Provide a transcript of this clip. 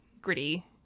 gritty